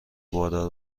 باردار